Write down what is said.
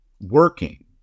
working